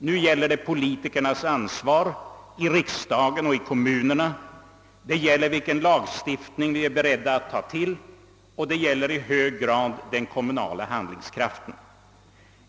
Nu gäller det politikernas ansvar i riksdagen och i kommunerna. Det gäller vilken lagstiftning vi är beredda att ta till och det gäller i hög grad den kommunala handlingskraften.